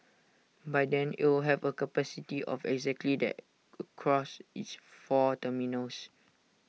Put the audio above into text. by then it'll have A capacity of exactly that across its four terminals